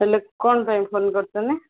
ହେଲେ କ'ଣ ପାଇଁ ଫୋନ୍ କରିଛନ୍ତି